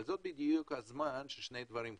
זה בדיוק הזמן ששני דברים קורים: